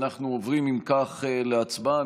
אם כך, אנחנו עוברים להצבעה.